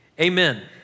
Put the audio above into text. Amen